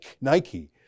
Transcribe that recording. nike